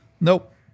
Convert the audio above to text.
Nope